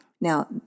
Now